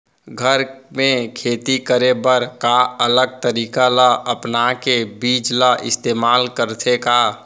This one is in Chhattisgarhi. घर मे खेती करे बर का अलग तरीका ला अपना के बीज ला इस्तेमाल करथें का?